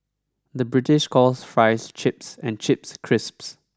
the British calls fries chips and chips crisps